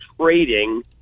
trading